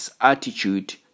attitude